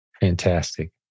Fantastic